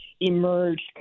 emerged